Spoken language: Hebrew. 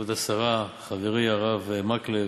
כבוד השרה, חברי מקלב,